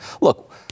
Look